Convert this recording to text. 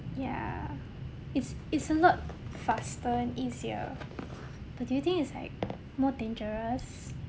ya it's it's a lot faster and easier but do you think it's like more dangerous